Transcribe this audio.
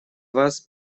вас